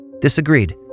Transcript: disagreed